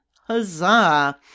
Huzzah